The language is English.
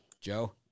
Joe